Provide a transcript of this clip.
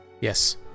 Yes